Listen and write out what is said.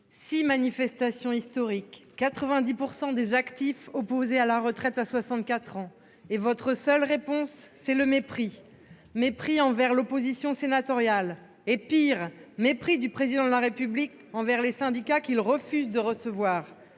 manifestations historiques, 90 % des actifs opposés à la retraite à 64 ans, et votre seule réponse, c'est le mépris. Mépris envers l'opposition sénatoriale. Mépris du Président de la République envers les syndicats, qu'il refuse de recevoir.